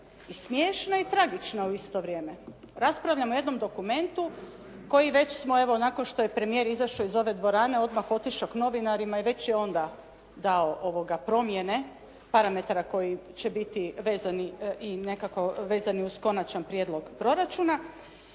je smiješna i tragična u isto vrijeme. Raspravljamo o jednom dokumentu koji već smo evo nakon što je premijer izašao iz ove dvorane, odmah otišao k novinarima i već je onda dao promjene parametara koji će biti vezani i nekako vezani uz Konačan prijedlog proračuna.